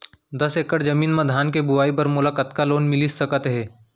दस एकड़ जमीन मा धान के बुआई बर मोला कतका लोन मिलिस सकत हे?